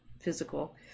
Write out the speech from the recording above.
physical